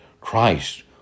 Christ